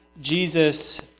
Jesus